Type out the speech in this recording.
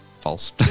false